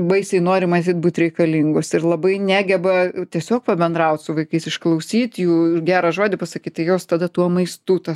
baisiai nori matyt būt reikalingos ir labai negeba tiesiog pabendraut su vaikais išklausyt jų gerą žodį pasakyt tai jos tada tuo maistu tą